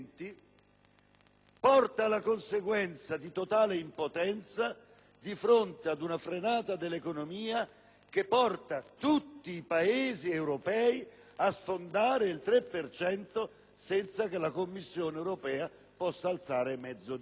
determina la totale impotenza di fronte ad una frenata dell'economia che porta tutti i Paesi europei a sfondare il tre per cento, senza che la Commissione europea possa alzare mezzo dito.